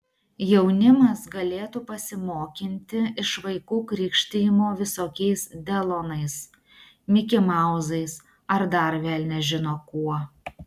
jaunimas galėtų pasimokinti iš vaikų krikštijimo visokiais delonais mikimauzais ar dar velnias žino kuo